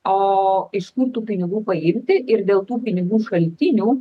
o iš kur tų pinigų paimti ir dėl tų pinigų šaltinių